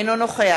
אינו נוכח